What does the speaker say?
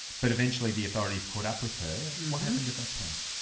but eventually the authorities caught up with her. what happened at that point?